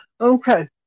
Okay